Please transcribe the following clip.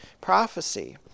prophecy